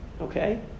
Okay